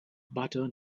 butter